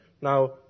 Now